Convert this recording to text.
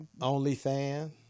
OnlyFans